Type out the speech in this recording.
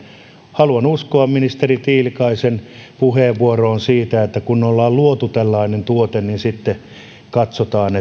haluan uskoa ministeri tiilikaisen puheenvuoroon siitä että kun ollaan luotu tällainen tuote niin sitten katsotaan